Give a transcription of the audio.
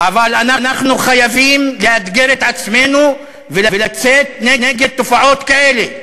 אבל אנחנו חייבים לאתגר את עצמנו ולצאת נגד תופעות כאלה,